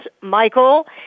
Michael